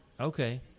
okay